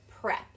prep